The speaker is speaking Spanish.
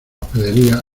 hospedería